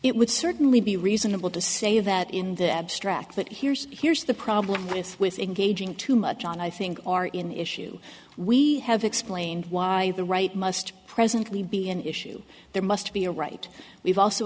it would certainly be reasonable to say that in the abstract but here's here's the problem with with engaging too much on i think our in issue we have explained why the right must presently be an issue there must be a right we've also